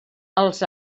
als